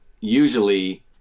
usually